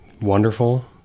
wonderful